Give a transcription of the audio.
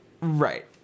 Right